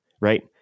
right